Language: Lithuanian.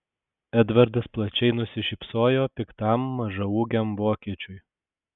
edvardas plačiai nusišypsojo piktam mažaūgiam vokiečiui